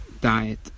diet